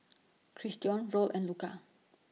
Christion Roll and Luka